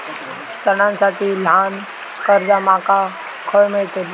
सणांसाठी ल्हान कर्जा माका खय मेळतली?